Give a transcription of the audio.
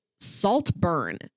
Saltburn